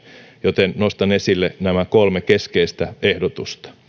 joten nostan esille nämä kolme keskeistä ehdotusta